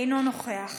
אינו נוכח,